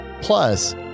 Plus